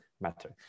matter